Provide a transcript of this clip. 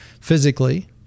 physically